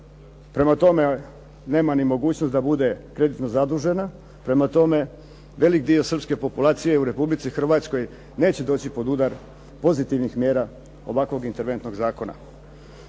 Prema tome, nema ni mogućnost da bude kreditno zadužena. Prema tome, velik dio srpske populacije u Republici Hrvatskoj neće doći pod udar pozitivnih mjera ovakvog interventnog zakona.